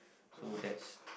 so that's